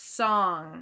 song